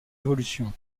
évolution